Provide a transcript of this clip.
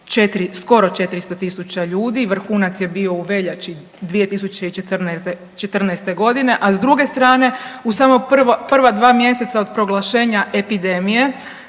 skoro 400 tisuća ljudi. Vrhunac je bio u veljači 2014. godine, a s druge strane u samo prva dva mjeseca od proglašenja epidemije